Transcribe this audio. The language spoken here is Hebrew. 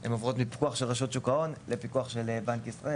הן עוברות מפיקוח של רשות שוק ההון לפיקוח של בנק ישראל,